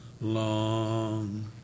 long